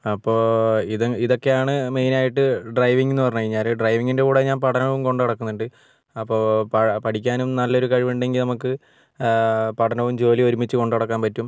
അപ്പോൾ ഇത് ഇതൊക്കെയാണ് മെയിൻ ആയിട്ട് ഡ്രൈവിംഗ് എന്നു പറഞ്ഞുകഴിഞ്ഞാൽ ഡ്രൈവിങ്ങിൻ്റെ കൂടെ ഞാൻ പഠനവും കൊണ്ട് നടക്കുന്നുണ്ട് അപ്പോൾ പഠിക്കാനും നല്ലൊരു കഴിവുണ്ടെങ്കിൽ നമുക്ക് പഠനവും ജോലിയും ഒരുമിച്ചു കൊണ്ട് നടക്കാൻ പറ്റും